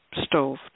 stove